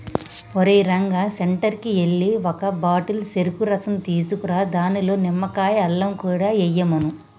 ఓరేయ్ రంగా సెంటర్కి ఎల్లి ఒక బాటిల్ సెరుకు రసం తీసుకురా దానిలో నిమ్మకాయ, అల్లం కూడా ఎయ్యమను